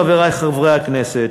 חברי חברי הכנסת,